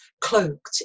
cloaked